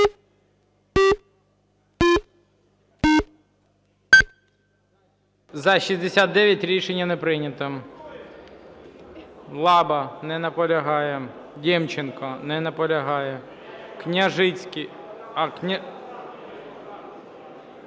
За-69 Рішення не прийнято. Лаба. Не наполягає. Демченко. Не наполягає. Княжицький...